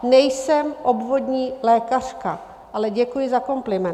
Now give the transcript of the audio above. Nejsem obvodní lékařka, ale děkuji za kompliment.